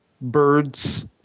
birds